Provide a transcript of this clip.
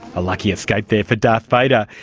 a lucky escape there for darth vader!